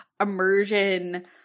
immersion